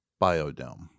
Biodome